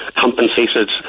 compensated